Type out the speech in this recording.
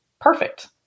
perfect